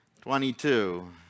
Twenty-two